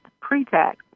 pre-tax